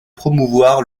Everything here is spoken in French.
promouvoir